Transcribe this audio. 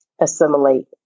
assimilate